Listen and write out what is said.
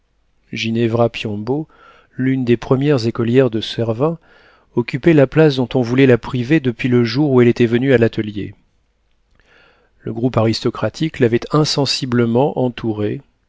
ginevra piombo l'une des premières écolières de servin occupait la place dont on voulait la priver depuis le jour où elle était venue à l'atelier le groupe aristocratique l'avait insensiblement entourée